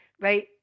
right